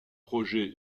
projet